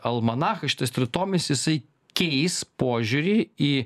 almanachas šitas tritomis jisai keis požiūrį į